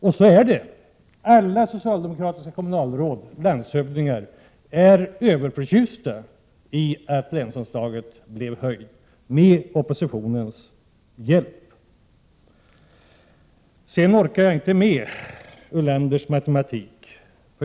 Men så är det: Alla socialdemokratiska kommunalråd och landshövdingar är överförtjusta över att länsanslaget blev höjt med oppositionens hjälp. Jag orkar inte med Lars Ulanders matematik.